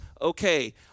okay